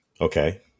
okay